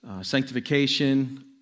sanctification